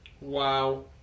Wow